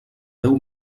deu